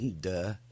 Duh